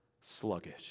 Sluggish